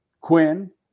Quinn